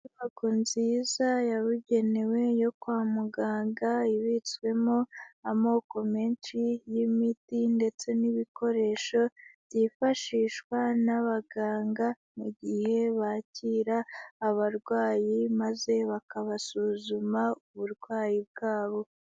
Inyubako nziza yabugenewe yo kwa muganga, ibitswemo amoko menshi y'imiti ndetse n'ibikoresho byifashishwa n'abaganga mu gihe bakira abarwayi maze bakabasuzuma uburwayi bwabo.